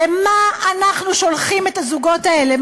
למה אנחנו שולחים את הזוגות האלה?